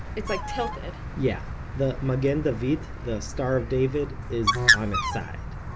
it's like tilted yeah, the magen david, the star of david, is on its side.